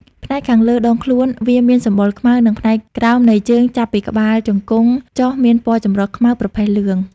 ផ្នែកខាងលើដងខ្លួនវាមានសម្បុរខ្មៅ និងផ្នែកក្រោមនៃជើងចាប់ពីក្បាលជង្គង់ចុះមានពណ៌ចម្រុះខ្មៅ ប្រផេះ លឿង។